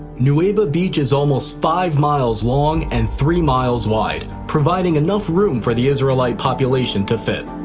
newebia but beach is almost five miles long and three miles wide providing enough room for the israelite population to fit.